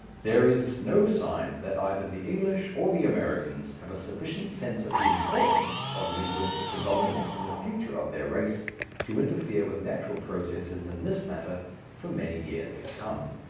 there is no sign that either the english or the americans have a sufficient sense of the importance of linguistic predominance in the future of their race to interfere with natural processes in this matter for many years to come.